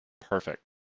perfect